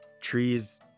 trees